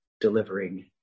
delivering